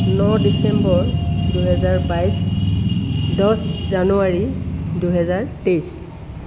ন December দুইহেজাৰ বাইছ দহ জানুৱাৰী দুইহেজাৰ তেইছ